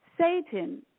Satan